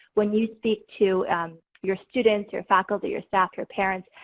when you speak to your students, your faculty, your staff, your parents,